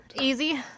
Easy